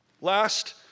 Last